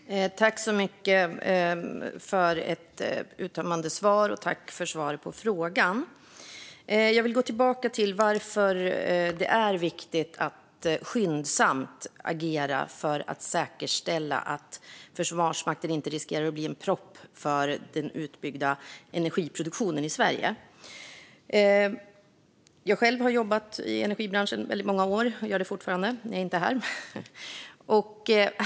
Herr talman! Tack så mycket, ministern, för ett uttömmande svar på frågan! Jag vill gå tillbaka till varför det är viktigt att skyndsamt agera för att säkerställa att Försvarsmakten inte riskerar att bli en propp för den utbyggda energiproduktionen i Sverige. Jag har själv jobbat i energibranschen väldigt många år och gör det fortfarande när jag inte är här.